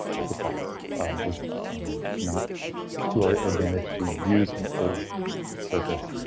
but the cost was not to our advantage to use an old surface.